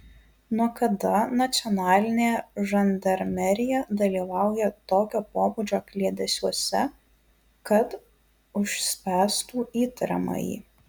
nuo kada nacionalinė žandarmerija dalyvauja tokio pobūdžio kliedesiuose kad užspęstų įtariamąjį